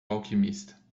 alquimista